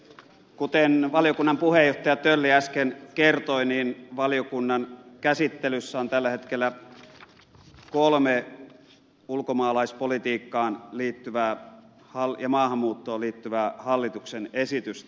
kuten valiokunnan puheenjohtaja tölli äsken kertoi niin valiokunnan käsittelyssä on tällä hetkellä kolme ulkomaalaispolitiikkaan ja maahanmuuttoon liittyvää hallituksen esitystä